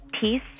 peace